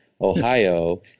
Ohio